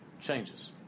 changes